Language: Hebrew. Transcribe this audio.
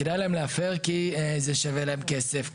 הפרה כדאית, כדאי להם להפר כי זה שווה להם כסף.